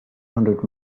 hundred